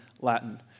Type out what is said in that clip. Latin